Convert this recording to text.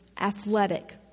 athletic